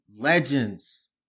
legends